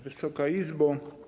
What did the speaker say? Wysoka Izbo!